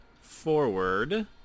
forward